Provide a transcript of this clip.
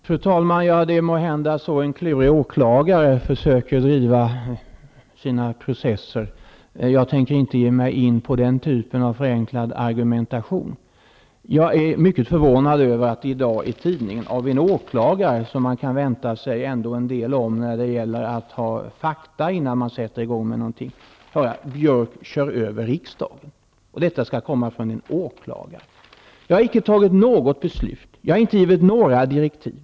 Fru talman! Det måhända är så en klurig åklagare försöker driva sina processer. Jag tänker inte ge mig in på den typen av förenklad argumentation. Jag är mycket förvånad över att i dag i tidningen av en åklagare, som man ändå kan vänta sig en del av när det gäller att ha fakta innan han sätter i gång någonting, höra att ''Björck kör över riksdagen''. Detta skall komma från en åklagare! Jag har icke tagit något beslut. Jag har icke givit några direktiv.